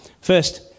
First